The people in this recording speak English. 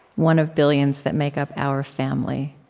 one of billions that make up our family.